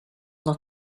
not